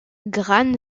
gran